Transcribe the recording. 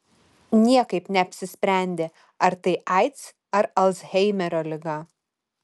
niekaip neapsisprendė ar tai aids ar alzheimerio liga